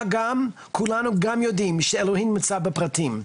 מה גם, כולנו גם יודעים שאלוהים נמצא בפרטים.